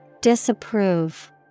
Disapprove